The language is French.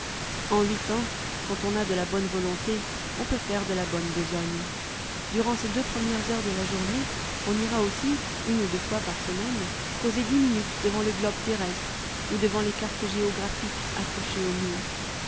en huit ans quand on a de la bonne volonté on peut faire de la bonne besogne durant ces deux premières heures de la journée on ira aussi une ou deux fois par semaine causer dix minutes devant le globe terrestre ou devant les cartes géographiques accrochées au mur